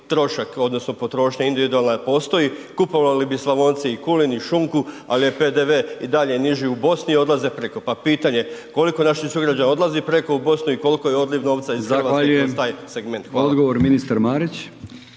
odnosno potrošnja individualna postoji, kupovali bi Slavonci i kulen i šunku, ali je PDV i dalje niži u Bosni, odlaze preko. Pa pitanje, koliko naših sugrađana odlazi preko u Bosnu i koliki je odliv novca iz Hrvatske kroz taj segment? Hvala.